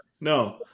No